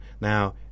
Now